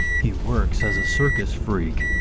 he works as a circus freak,